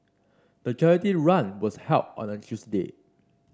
the charity run was held on a Tuesday